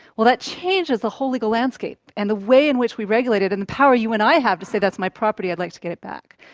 well, that changes the whole legal landscape and the way in which we regulate it and the power you and i have to say that's my property, i'd like to get it back'.